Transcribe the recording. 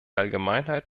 allgemeinheit